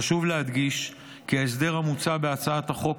חשוב להדגיש כי ההסדר המוצע בהצעת החוק